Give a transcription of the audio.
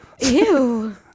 ew